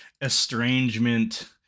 Estrangement